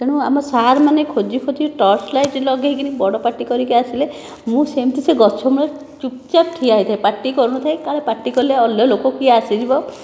ତେଣୁ ଆମ ସାର୍ ମାନେ ଖୋଜି ଖୋଜି ଟର୍ଚ୍ଚ ଲାଇଟ ଲଗେଇକିରି ବଡ଼ ପାଟି କରିକି ଆସିଲେ ମୁଁ ସେମିତି ସେ ଗଛ ମୂଳେ ଚୁପ ଚାପ ଠିଆ ହୋଇଥାଏ ପାଟି କରୁନଥାଏ କାଳେ ପାଟି କଲେ ଅନ୍ୟ ଲୋକ କିଏ ଆସିଯିବ